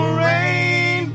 rain